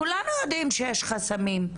כולנו יודעים שיש חסמים.